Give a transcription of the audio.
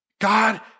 God